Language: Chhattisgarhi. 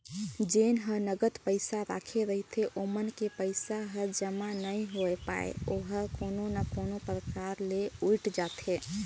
जेन ह नगद पइसा राखे रहिथे ओमन के पइसा हर जमा नइ होए पाये ओहर कोनो ना कोनो परकार ले उइठ जाथे